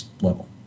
level